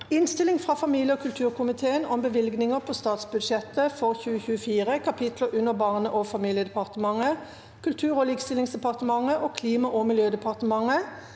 Innstilling fra familie- og kulturkomiteen om Bevilgninger på statsbudsjettet for 2024, kapitler under Barne- og familiedepartementet, Kultur- og likestillingsdepartementet og Klima- og miljødepartementet